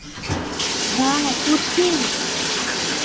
हाँ कुर्सी